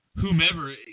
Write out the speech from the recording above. whomever